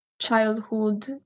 childhood